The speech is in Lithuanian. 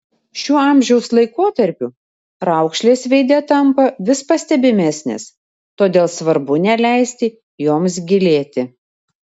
šiuo amžiaus laikotarpiu raukšlės veide tampa vis pastebimesnės todėl svarbu neleisti joms gilėti